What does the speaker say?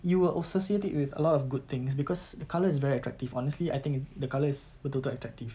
you will associate it with a lot of good things because the colour is very attractive honestly I think the colour is betul-betul attractive